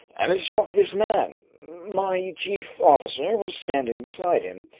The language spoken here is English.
and it struck this man. my chief officer was standing beside him.